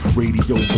radio